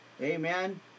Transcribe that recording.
Amen